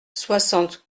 soixante